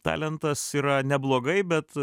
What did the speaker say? talentas yra neblogai bet